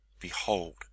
Behold